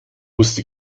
wusste